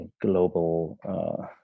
global